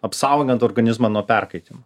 apsaugant organizmą nuo perkaitimo